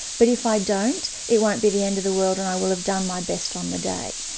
but if i don't, it won't be the end of the world and i will have done my best on the day.